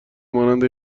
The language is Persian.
مانند